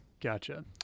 Gotcha